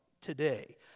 today